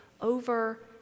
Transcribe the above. over